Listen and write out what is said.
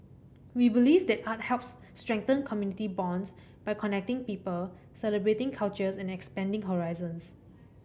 we believe that art helps strengthen community bonds by connecting people celebrating cultures and expanding horizons